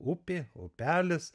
upė upelis